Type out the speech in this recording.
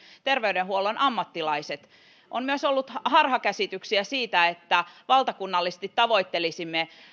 terveydenhuollon ammattilaiset on myös ollut harhakäsityksiä siitä että valtakunnallisesti tavoittelisimme